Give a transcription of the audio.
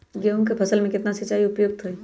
गेंहू के फसल में केतना सिंचाई उपयुक्त हाइ?